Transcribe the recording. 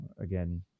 again